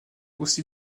aussi